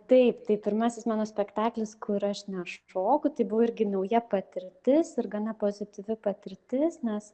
taip tai pirmasis mano spektaklis kur aš nešoku tai buvo irgi nauja patirtis ir gana pozityvi patirtis nes